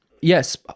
Yes